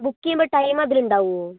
book ചെയ്യുമ്പോൾ time അതിലുണ്ടാവുമോ